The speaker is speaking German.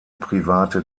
private